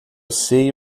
sei